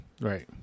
right